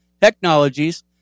technologies